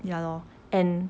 ya lor and